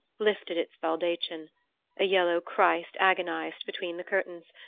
lifted its baldachin a yellow christ agonized between the curtains,